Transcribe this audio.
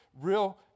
real